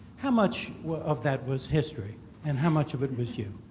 how much of that was history and how much of it was you?